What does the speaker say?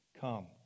come